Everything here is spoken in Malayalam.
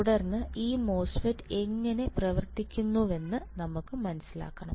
തുടർന്ന് ഈ മോസ്ഫെറ്റ് എങ്ങനെ പ്രവർത്തിക്കുമെന്ന് നമുക്ക് മനസ്സിലാക്കണം